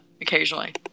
occasionally